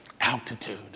Altitude